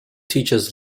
teaches